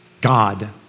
God